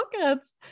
pockets